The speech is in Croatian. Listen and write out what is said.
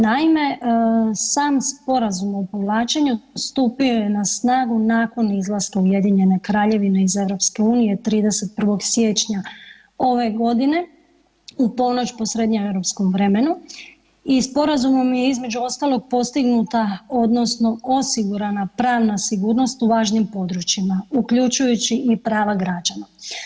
Naime, sam sporazum o povlačenju stupio je na snagu nakon izlaska Ujedinjene Kraljevine iz EU 31. siječnja ove godine, u ponoć po srednjeeuropskom vremenu i sporazumom je između ostalog postignuta odnosno osigurana pravna sigurnost u važnim područjima uključujući i prava građana.